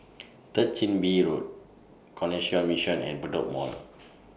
Third Chin Bee Road Canossian Mission and Bedok Mall